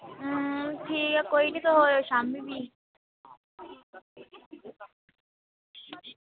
अं ठीक ऐ भी तुस आवेओ शामीं भी